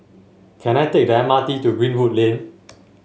can I take the M R T to Greenwood Lane